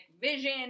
vision